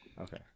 okay